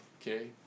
okay